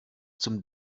zum